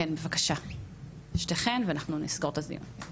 כן, בבקשה, שתיכן ואנחנו נסגור את הדיון.